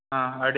ಹಾಂ ಅಡಿ